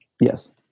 Yes